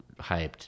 hyped